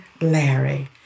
Larry